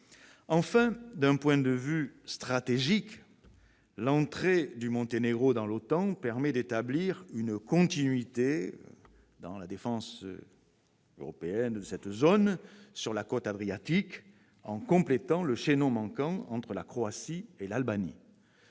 Enfin, d'un point de vue stratégique, l'entrée du Monténégro dans l'OTAN permet d'établir une continuité dans la défense européenne sur la côte Adriatique, en complétant le chaînon manquant entre la Croatie et l'Albanie.